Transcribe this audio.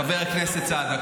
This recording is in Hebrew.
חבר הכנסת סעדה,